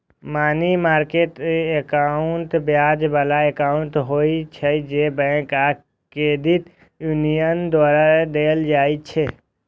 money market account ब्याज बला account होइ छै, जे बैंक आ क्रेडिट यूनियन द्वारा देल जाइ छै